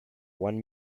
one